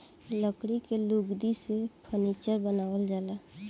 लकड़ी के लुगदी से फर्नीचर बनावल जाला